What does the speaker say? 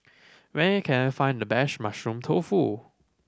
where can I find the best Mushroom Tofu